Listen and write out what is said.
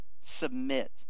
submit